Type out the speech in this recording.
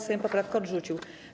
Sejm poprawkę odrzucił.